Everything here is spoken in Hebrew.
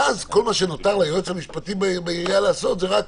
ואז כל מה שנותר ליועץ המשפטי בעירייה לעשות זה רק